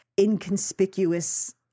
inconspicuous